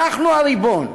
אנחנו הריבון,